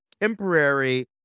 temporary